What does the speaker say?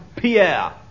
Pierre